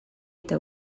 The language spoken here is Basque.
eta